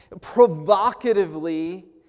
provocatively